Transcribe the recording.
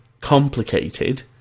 complicated